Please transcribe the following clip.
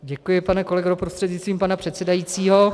Děkuji, pane kolego, prostřednictvím pana předsedajícího.